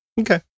Okay